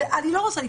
אני לא רוצה להתפטר,